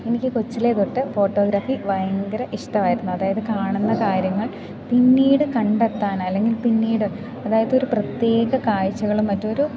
എനിക്ക് കൊച്ചിലെ തൊട്ട് ഫോട്ടോഗ്രാഫി ഭയങ്കര ഇഷ്ടമായിരുന്നു അതായത് കാണുന്ന കാര്യങ്ങൾ പിന്നീട് കണ്ടെത്താൻ അല്ലെങ്കിൽ പിന്നീട് അതായതൊരു പ്രത്യേക കാഴ്ച്ചകളും മറ്റൊരു